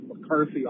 McCarthy